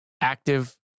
active